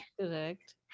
Correct